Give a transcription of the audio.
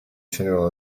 general